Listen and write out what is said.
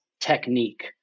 technique